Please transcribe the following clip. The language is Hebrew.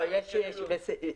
כתוב: